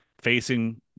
facing